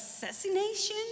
assassination